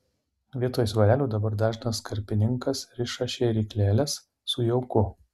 vietoj svarelių dabar dažnas karpininkas riša šėryklėles su jauku